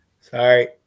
Sorry